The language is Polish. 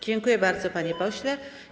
Dziękuję bardzo, panie pośle.